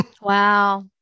Wow